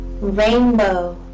rainbow